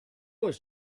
was